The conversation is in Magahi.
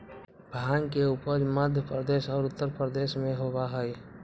भांग के उपज मध्य प्रदेश और उत्तर प्रदेश में होबा हई